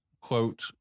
quote